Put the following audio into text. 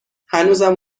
هنوزم